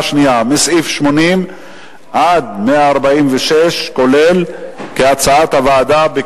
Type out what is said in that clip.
בקריאה שנייה מסעיף 80 עד 146 כולל, כהצעת הוועדה.